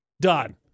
done